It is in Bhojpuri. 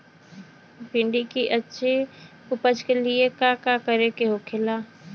भिंडी की अच्छी उपज के लिए का का करे के होला?